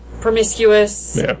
Promiscuous